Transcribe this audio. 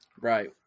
Right